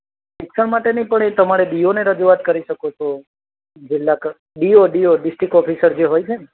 શિક્ષણ માટે નહીં પણ એ તમારે ડીઓને રજૂઆત કરી શકો છો જિલ્લા ક ડીઓ ડીઓ ડિસ્ટ્રિક ઓફિસર જે હોય છે ને